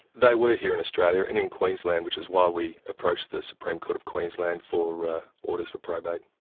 they were here in australia and in queensland, which is why we approached the supreme court of queensland for for orders for probate.